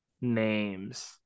names